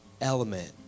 element